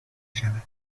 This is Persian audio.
شود